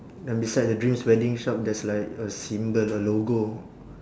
then beside the dreams wedding shop there's like a symbol a logo